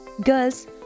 Girls